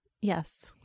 Yes